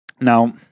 Now